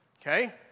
okay